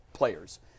Players